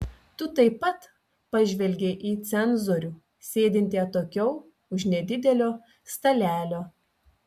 tu taip pat pažvelgei į cenzorių sėdintį atokiau už nedidelio stalelio